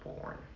born